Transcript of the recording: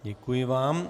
Děkuji vám.